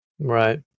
Right